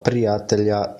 prijatelja